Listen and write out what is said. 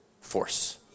force